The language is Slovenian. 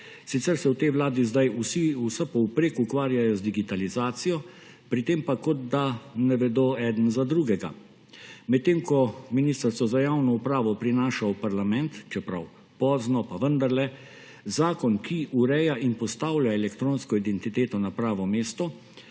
Sicer se v tej vladi zdaj vsi vsepovprek ukvarjajo z digitalizacijo, pri tem pa kot da ne vedo eden za drugega. Medtem ko Ministrstvo za javno upravo prinaša v parlament, čeprav pozno, pa vendarle, zakon, ki ureja in postavlja elektronsko identiteto na pravo mesto,